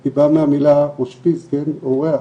היא באה מהמילה אושפיז, אורח,